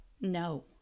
No